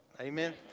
Amen